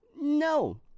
No